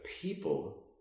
people